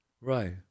Right